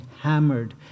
hammered